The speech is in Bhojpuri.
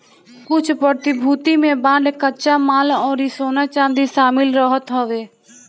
कुछ प्रतिभूति में बांड कच्चा माल अउरी सोना चांदी शामिल रहत हवे